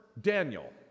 Daniel